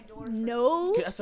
No